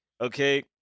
Okay